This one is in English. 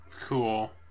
Cool